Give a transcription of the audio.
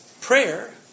prayer